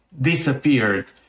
disappeared